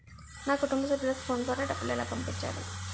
నా కుటుంబ సభ్యులకు ఫోన్ ద్వారా డబ్బులు ఎలా పంపించాలి?